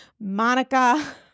Monica